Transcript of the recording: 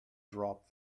dropped